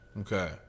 Okay